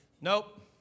Nope